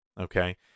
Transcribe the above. okay